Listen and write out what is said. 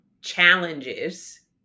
challenges